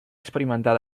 experimentar